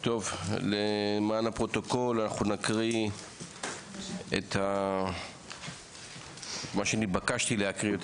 למען הפרוטוקול אנחנו נקריא את מה שנתבקשתי להקריא.